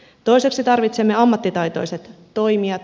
toiseksi tarvitsemme ammattitaitoiset toimijat